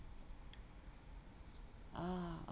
ah